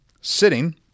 sitting